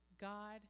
God